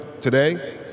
today